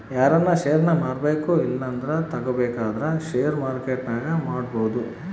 ಯಾರನ ಷೇರ್ನ ಮಾರ್ಬಕು ಇಲ್ಲಂದ್ರ ತಗಬೇಕಂದ್ರ ಷೇರು ಮಾರ್ಕೆಟ್ನಾಗ ಮಾಡ್ಬೋದು